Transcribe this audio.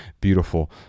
beautiful